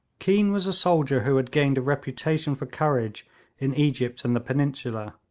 keane was a soldier who had gained a reputation for courage in egypt and the peninsula.